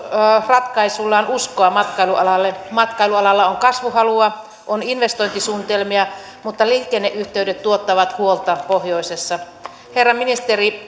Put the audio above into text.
ratkaisuillaan uskoa matkailualalle matkailualalla on kasvuhalua on investointisuunnitelmia mutta liikenneyhteydet tuottavat huolta pohjoisessa herra ministeri